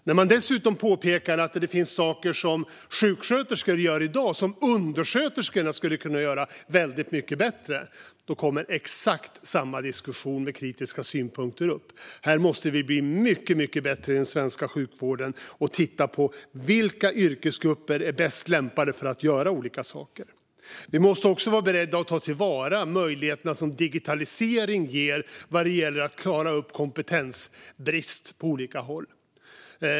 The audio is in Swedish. När man dessutom påpekar att det finns saker som sjuksköterskor gör i dag som undersköterskor skulle kunna göra väldigt mycket bättre kommer exakt samma diskussion med kritiska synpunkter upp. Här måste vi bli mycket bättre i den svenska sjukvården och titta på vilka yrkesgrupper som är bäst lämpade att göra olika saker. Vi måste också vara beredda att ta till vara de möjligheter som digitalisering ger när det gäller att klara av kompetensbrist på olika håll.